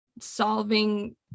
solving